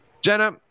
Jenna